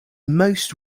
most